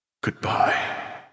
Goodbye